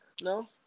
No